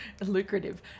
Lucrative